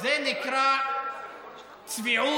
זה נקרא צביעות,